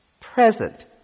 present